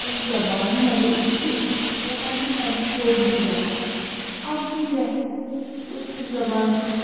اصٕل زبان مگر یہِ چھِ سُہ پننہِ پننہِ صوبعٕچ زبان اَمے کِنۍ گَژھہِ کٲشِر زبانہِ ہُنٛد